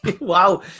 Wow